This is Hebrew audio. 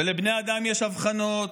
ולבני אדם יש הבחנות,